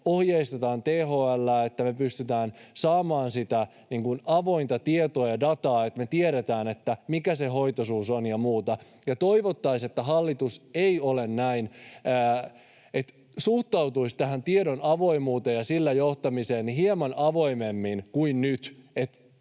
ohjeistetaan THL:ää, että me pystytään saamaan sitä avointa tietoa ja dataa, että me tiedetään, mikä se hoitoisuus on ja muuta, ja toivottaisiin, että hallitus suhtautuisi tähän tiedon avoimuuteen ja sillä johtamiseen hieman avoimemmin kuin nyt.